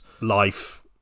life